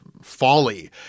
folly